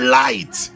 light